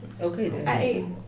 Okay